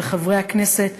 של חברי הכנסת,